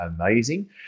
amazing